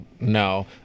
No